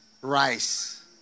rice